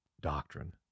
doctrine